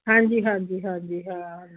ਹਾਂਜੀ ਹਾਂਜੀ ਹਾਂਜੀ ਹਾਂ